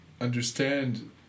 understand